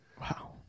Wow